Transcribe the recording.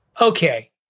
Okay